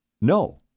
No